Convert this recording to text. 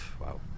wow